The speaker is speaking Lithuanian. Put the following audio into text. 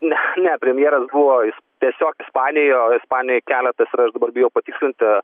ne ne premjeras buvo jis tiesiog ispanijoj o ispanijoj keletas yra aš dabar bijau patikslinti